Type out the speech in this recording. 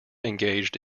engaged